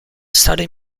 study